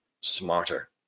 smarter